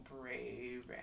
brave